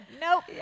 nope